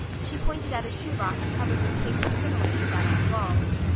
she pointed out a shoe box covered with paper similar to that on the walls.